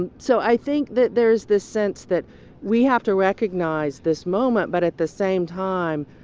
and so i think that there's this sense that we have to recognize this moment, but at the same time,